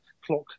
clock